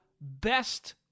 best